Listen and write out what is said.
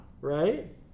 right